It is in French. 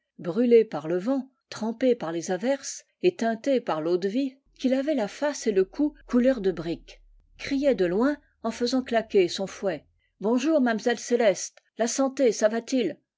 brûlé par le vent trempé par les averses et teinté par l'eau-de-vie qu'il avait la face et le cou couleur de brique criait de loin en faisant claquer son fouet bonjour mam'zelle céleste la santé ça va-t-il